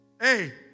Hey